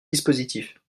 dispositif